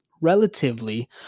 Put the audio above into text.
relatively